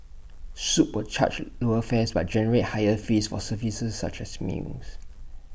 swoop will charge lower fares but generate higher fees for services such as meals